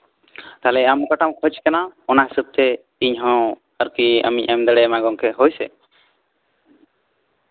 ᱛᱟᱦᱚᱞᱮ ᱟᱢ ᱚᱠᱟᱴᱟᱢ ᱠᱷᱚᱡᱽ ᱠᱟᱱᱟ ᱚᱱᱟ ᱦᱤᱥᱟᱹᱵᱽᱛᱮ ᱤᱧᱦᱚᱸ ᱟᱢᱤᱧ ᱮᱢ ᱫᱟᱲᱮᱭᱟᱢᱟ ᱦᱳᱭ ᱥᱮ